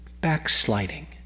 backsliding